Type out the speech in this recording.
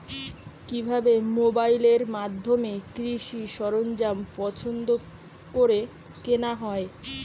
কিভাবে মোবাইলের মাধ্যমে কৃষি সরঞ্জাম পছন্দ করে কেনা হয়?